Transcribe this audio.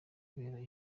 kubera